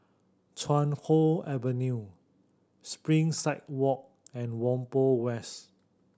Chuan Hoe Avenue Springside Walk and Whampoa West